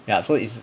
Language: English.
ya so it's a